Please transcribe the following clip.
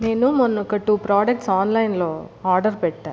నేను మొన్న ఓక టూ ప్రొడక్ట్స్ ఆన్లైన్ లో ఆర్డర్ పెట్టా